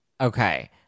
Okay